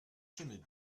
schimmel